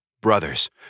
Brothers